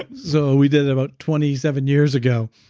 but so we did about twenty seven years ago.